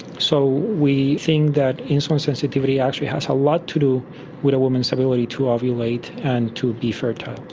so we think that insulin sensitivity actually has a lot to do with a woman's ability to ovulate and to be fertile.